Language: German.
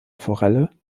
forellen